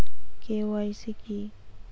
KYC কি?